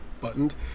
buttoned